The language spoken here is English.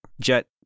jet